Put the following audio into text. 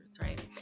right